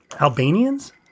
Albanians